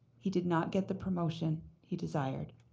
he did not get the promotion he desired,